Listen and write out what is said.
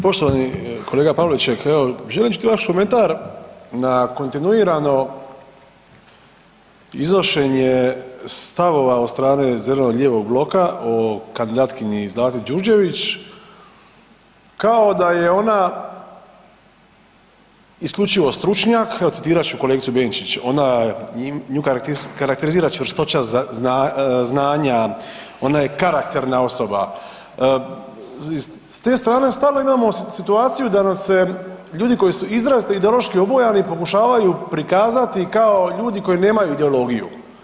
Poštovani kolega Pavliček, evo želim čuti vaš komentar na kontinuirano iznošenje stavova od strane zeleno-lijevog bloka o kandidatkinji Zlati Đurđević kao da je ona isključivo stručnjak, evo citirat ću kolegicu Benčić, ona nju karakterizira čvrstoća znanja, ona je karakterna osoba, s te strane stalno imao situaciju da nam se ljudi koji su izrazito ideološki obojani pokušavaju prikazati kao ljudi koji nemaju ideologiju.